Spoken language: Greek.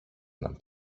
έναν